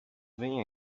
vem